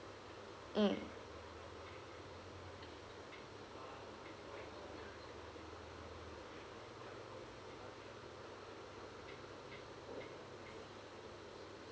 mm